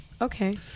Okay